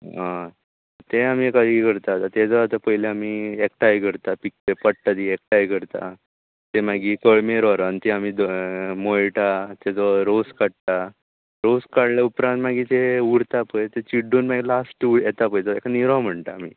हय तें आमी एखादी कितें करता तेचो आतां पयली आमी एकठांय करता ती पडटा ती एकठांय करता तें मागीर दळणेर व्हरून तें आमी मळटा तेचो रोस काडटा रोस काडले उपरांत मागीर तें उरता पय तें चिड्डून मागीर लास्ट येता पय तो तेका निरो म्हणटा आमी